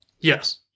yes